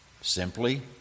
simply